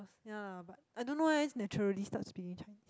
ya lah but I don't know eh it's naturally start speaking Chinese